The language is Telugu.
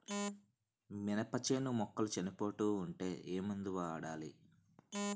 మినప చేను మొక్కలు చనిపోతూ ఉంటే ఏమందు వాడాలి?